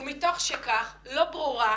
מתוך שכך, לא ברורה